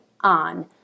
on